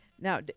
now